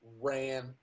ran